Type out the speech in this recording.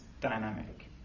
dynamic